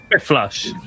flush